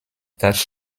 that